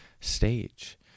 stage